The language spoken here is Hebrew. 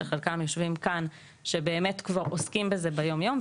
שחלקם יושבים כאן שבאמת כבר עוסקים בזה ביום יום,